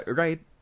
right